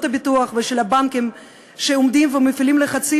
הביטוח ושל הבנקים שעומדים ומפעילים לחצים,